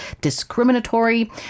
discriminatory